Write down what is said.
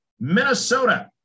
Minnesota